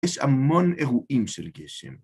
יש המון אירועים של גשם.